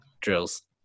drills